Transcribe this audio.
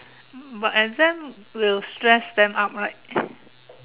but exams will stress them out right